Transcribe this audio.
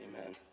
amen